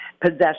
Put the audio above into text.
possession